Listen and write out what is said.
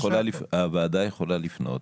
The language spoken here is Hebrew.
אני אומר שהוועדה יכולה לפנות